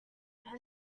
not